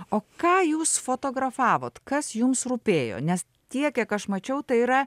o ką jūs fotografavot kas jums rūpėjo nes tiek kiek aš mačiau tai yra